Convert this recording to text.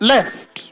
Left